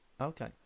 Okay